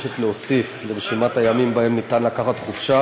להוסיף לרשימת הימים שבהם אפשר לקחת חופשה